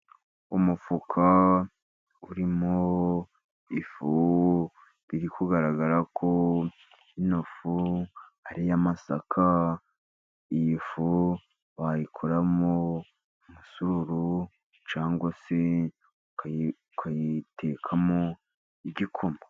Umufuka urimo ifu, biri kugaragara ko ino fu ari iy'amasaka. Iyi fu wayikoramo umusururu, cyangwa se ukayibeteshamo igikoma.